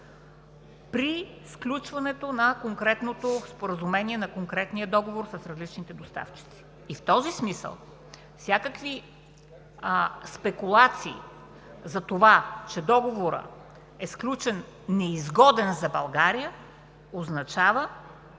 при сключването на конкретното споразумение на конкретния договор с различните доставчици. В този смисъл всякакви спекулации за това, че договорът е сключен неизгоден за България, означава,